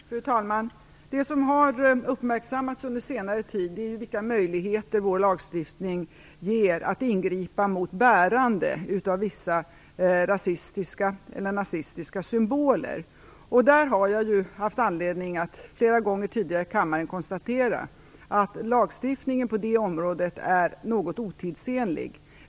Fru talman! Det som har uppmärksammats under senare tid är vilka möjligheter vår lagstiftning ger att ingripa mot bärande av vissa rasistiska eller nazistiska symboler. Där har jag haft anledning att flera gånger tidigare i kammaren konstatera att lagstiftningen på det området är något otidsenslig.